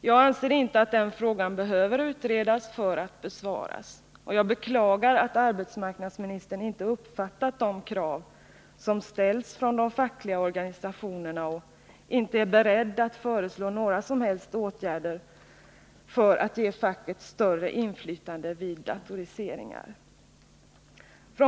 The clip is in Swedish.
Jag anser inte att den frågan först behöver utredas för att kunna besvaras, och jag beklagar att arbetsmarknadsministern inte uppfattat de krav som ställs av de fackliga organisationerna och inte är beredd att föreslå några som helst åtgärder för att ge facket större inflytande vid datoriseringar.